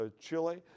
Chile